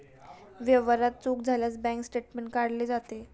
व्यवहारात चूक झाल्यास बँक स्टेटमेंट काढले जाते